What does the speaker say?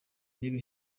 ntebe